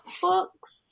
books